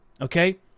okay